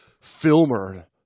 filmer